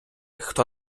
хто